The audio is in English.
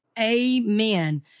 Amen